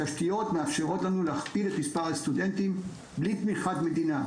התשתיות מאפשרות לנו להכפיל את מספר הסטודנטים בלי תמיכת מדינה,